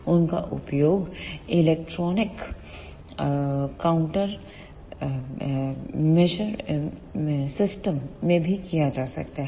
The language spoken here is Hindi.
उनका उपयोग इलेक्ट्रॉनिक काउंटर मैंजर सिस्टम में भी किया जा सकता है